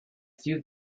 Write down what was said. few